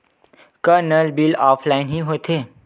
का नल bill offline हि होथे?